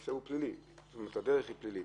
הדרך היא פלילית.